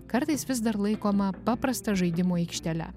kartais vis dar laikoma paprasta žaidimų aikštele